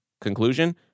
Conclusion